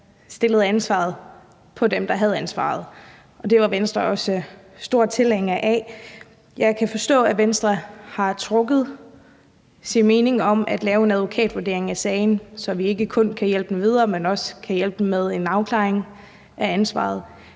havde ansvaret, til ansvar, og det var Venstre også stor tilhænger af. Jeg kan forstå, at Venstre har trukket sin støtte til at lave en advokatundersøgelse af sagen, så vi kun kan hjælpe dem videre, men ikke kan hjælpe dem med en afklaring af, hvem